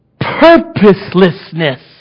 purposelessness